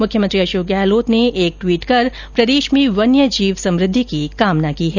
मुख्यमंत्री अशोक गहलोत ने ट्वीट कर प्रदेश में वन्य जीव समृद्धि की कामना की है